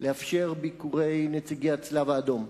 לאפשר ביקורי נציגי הצלב-האדום,